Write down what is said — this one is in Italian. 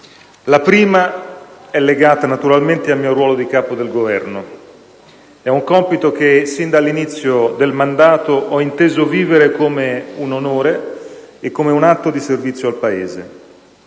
La prima è legata naturalmente al mio ruolo di Capo del Governo. È un compito che, sin dall'inizio del mandato, ho inteso vivere come un onore e come un atto di servizio al Paese,